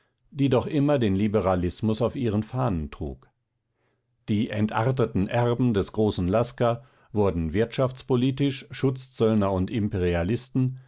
die doch noch immer den liberalismus auf ihren fahnen trug die entarteten erben des großen lasker wurden wirtschaftspolitisch schutzzöllner und imperialisten